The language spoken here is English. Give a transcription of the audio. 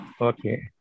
Okay